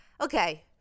Okay